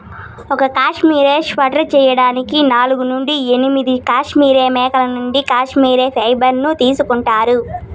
ఒక cashmere sweater చేయడానికి నాలుగు నుండి ఎనిమిది కష్మెరె మేకల నుండి కష్మెరె ఫైబర్ ను తీసుకుంటారు